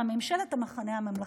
ממשלת המחנה הממלכתי.